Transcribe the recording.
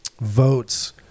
votes